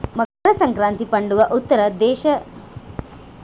మకర సంక్రాతి పండుగ ఉత్తర భారతదేసంలో ఇష్టంగా జరుపుకునే పండుగ